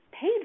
paid